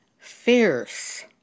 fierce